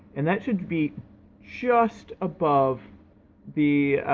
and that should be just above the,